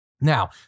Now